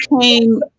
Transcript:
came